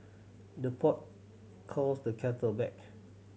the pot calls the kettle back